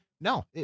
No